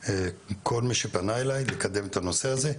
וכל מי שפנה אליי לקדם את הנושא הזה.